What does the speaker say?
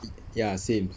y~ ya same